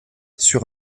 sur